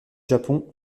japon